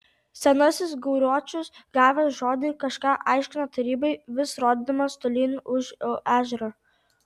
senasis gauruočius gavęs žodį kažką aiškino tarybai vis rodydamas tolyn už ežero